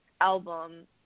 album